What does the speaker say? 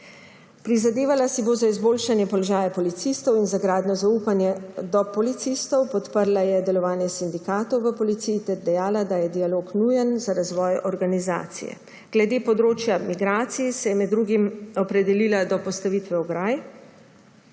Prizadevala si bo za izboljšanje položaja policistov in za gradnjo zaupanja do policistov. Podprla je delovanje sindikatov v policiji ter dejala, da je dialog nujen za razvoj organizacije. Glede področja migracij se je med drugim opredelila do postavitve ograj,